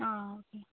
ആ ഓക്കെ